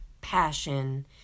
passion